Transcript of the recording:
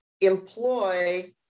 employ